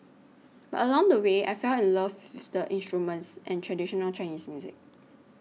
but along the way I fell in love with the instruments and traditional Chinese music